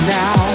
now